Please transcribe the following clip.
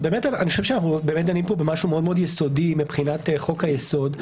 אנחנו דנים פה במשהו מאוד מאוד יסודי מבחינת חוק-היסוד,